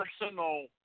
personal